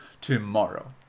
tomorrow